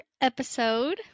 episode